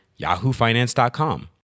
yahoofinance.com